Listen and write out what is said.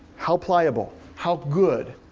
how pliable, how good?